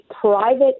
private